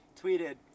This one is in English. tweeted